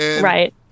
Right